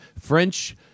French